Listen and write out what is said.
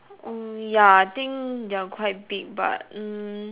mm ya I think they are quite big but mm